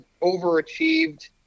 overachieved